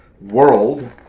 world